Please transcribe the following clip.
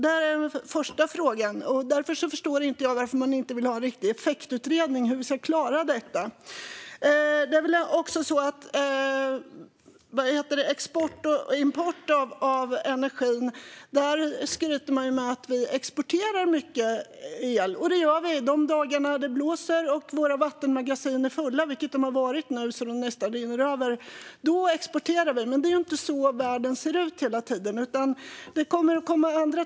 Därför förstår jag inte varför man inte vill ha en riktig effektutredning för att se hur vi ska klara detta. När det gäller export och import av energi skryter man med att vi exporterar mycket el, och det gör vi. De dagar då de blåser och våra vattenmagasin är fulla, vilket de har varit nu så att de nästan rinner över, exporterar vi. Men det är inte så det ser ut hela tiden, utan det kommer andra tider.